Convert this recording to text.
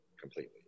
Completely